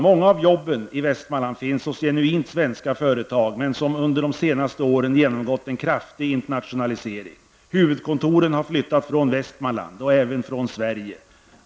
Många av jobben i Västmanland finns hos genuint svenska företag, men de har under de senaste åren genomgått en kraftig internationalisering. Huvudkontoren har flyttat från Västmanland och även från Sverige.